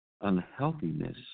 unhealthiness